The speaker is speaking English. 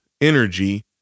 energy